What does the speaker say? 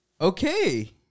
Okay